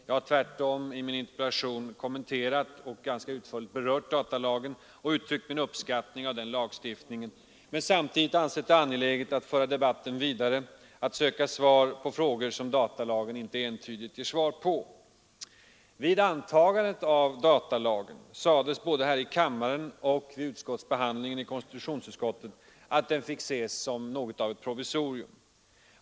Jag har tvärtom i min interpellation kommenterat och ganska utförligt berört datalagen och uttryckt min uppskattning av den lagstiftningen, men jag har samtidigt ansett det angeläget att föra debatten vidare, att söka svar på frågor som datalagen inte entydigt ger svar på. Vid antagandet av datalagen sades både här i kammaren och vid behandlingen i konstitutionsutskottet att denna lag fick ses som något av ett provisorium.